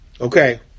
Okay